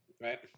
right